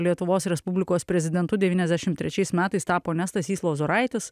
lietuvos respublikos prezidentu devyniasdešim trečiais metais tapo ne stasys lozoraitis